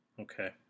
Okay